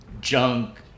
junk